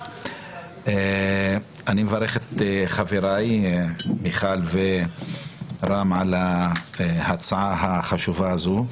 אני מברך את חבריי מיכל ורם על ההצעה החשובה הזאת.